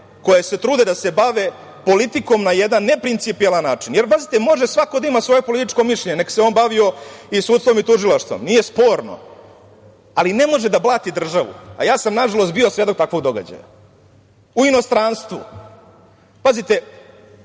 koje se trude da se bave politikom na jedan neprincipijelan način. Pazite, može svako da ima svoje političko mišljenje, neka se on bavio i sudstvom i tužilaštvom. Nije sporno. Ne može da blati državu. Na žalost bio sam svedok takvog događaja u inostranstvu. Ja